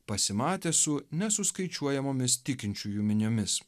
pasimatė su nesuskaičiuojamomis tikinčiųjų miniomis